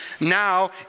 Now